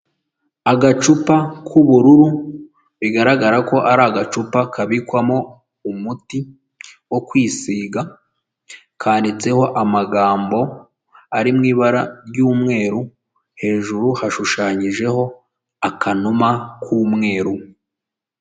Agacupa k'ubururu bigaragara ko ari agacupa kabikwamo umuti wo kwisiga kanditseho amagambo ari mu ibara ry'umweru, hejuru hashushanyijeho akanuma k'umweru.